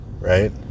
right